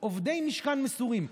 עובדי משכן מסורים,